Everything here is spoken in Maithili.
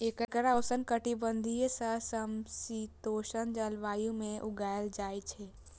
एकरा उष्णकटिबंधीय सं समशीतोष्ण जलवायु मे उगायल जाइ छै